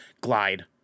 Glide